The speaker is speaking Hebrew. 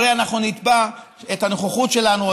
הרי אנחנו נתבע את הנוכחות שלנו,